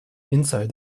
inside